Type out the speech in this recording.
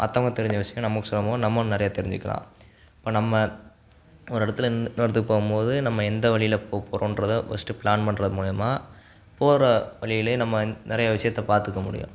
மற்றவங்க தெரிஞ்ச விஷயம் நமக்கு சொல்லும்போது நம்மளும் நிறைய தெரிஞ்சுக்கிலாம் இப்போ நம்ம ஒரு இடத்துலருந்து இன்னொரு இடத்துக்கு போகும்போது நம்ம எந்த வழியில போக போகிறோன்றத ஃபர்ஸ்ட்டு பிளான் பண்ணுறது மூலிமா போகிற வழியிலே நம்ம நிறைய விஷயத்தை பார்த்துக்க முடியும்